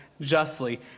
justly